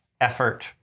effort